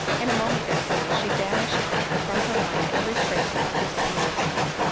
in a moment, therefore, she banished from her mind every trace of his unworthiness.